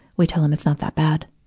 we tell em it's not that bad.